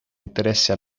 interesse